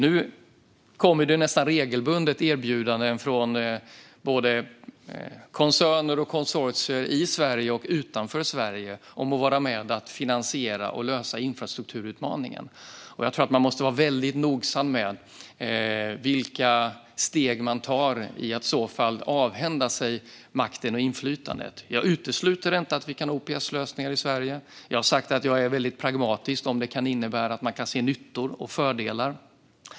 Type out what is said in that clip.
Nu kommer det ju nästan regelbundet erbjudanden från koncerner och konsortier både i och utanför Sverige om att vara med och finansiera och lösa infrastrukturutmaningen. Jag tror att man måste vara noggrann med vilka steg man i så fall tar mot att avhända sig makten och inflytandet. Jag utesluter inte att vi har OPS-lösningar i Sverige. Jag har sagt att jag är pragmatisk inför det om man kan se nyttor och fördelar.